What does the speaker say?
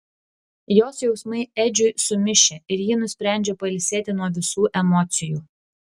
jos jausmai edžiui sumišę ir ji nusprendžia pailsėti nuo visų emocijų